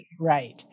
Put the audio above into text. Right